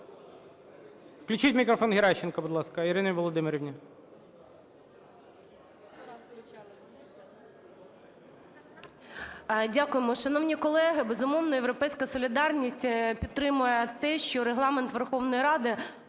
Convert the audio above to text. Включіть мікрофон Геращенко, будь ласка, Ірині Володимирівні.